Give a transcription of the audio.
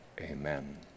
amen